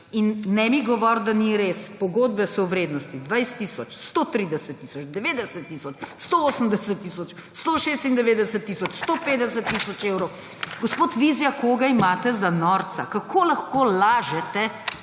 In ne mi govoriti, da ni res, pogodbe so v vrednosti 20 tisoč, 130 tisoč, 90 tisoč, 180 tisoč, 196 tisoč, 150 tisoč evrov. Gospod Vizjak, koga imate za norca? Kako lahko lažete,